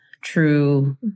true